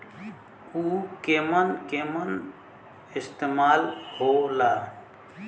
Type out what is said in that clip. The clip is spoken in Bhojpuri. उव केमन केमन इस्तेमाल हो ला?